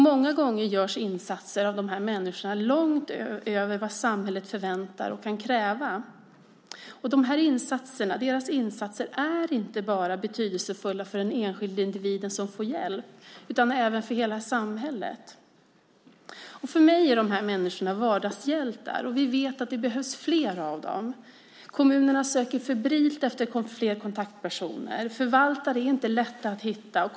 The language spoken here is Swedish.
Många gånger gör dessa människor insatser långt utöver vad samhället förväntar och kan kräva. Deras insatser är betydelsefulla inte bara för den enskilde individen som får hjälp utan för hela samhället. För mig är dessa människor vardagshjältar. Vi vet att det behövs fler av dem. Kommunerna söker febrilt efter fler kontaktpersoner. Det är inte lätt att hitta förvaltare.